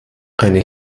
eine